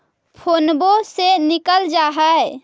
फोनवो से निकल जा है?